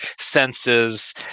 senses